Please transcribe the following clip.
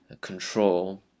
control